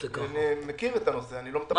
אני מכיר את הנושא, אני לא מטפל בו אישית.